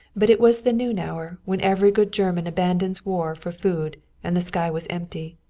but it was the noon hour, when every good german abandons war for food, and the sky was empty.